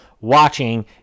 watching